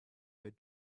good